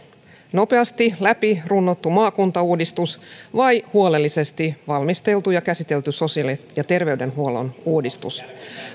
nopeasti läpi runnottu maakuntauudistus vai huolellisesti valmisteltu ja käsitelty sosiaali ja terveydenhuollon uudistus